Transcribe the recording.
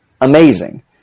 amazing